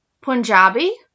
punjabi